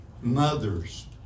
Mothers